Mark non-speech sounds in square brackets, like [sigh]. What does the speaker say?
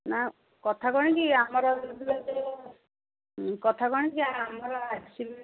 ନା କଥା କ'ଣ କିି [unintelligible] ଆମର କଥା କ'ଣ କିି ଆମର ଆସିବେ